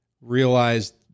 realized